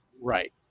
Right